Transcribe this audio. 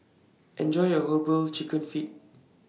Enjoy your Herbal Chicken Feet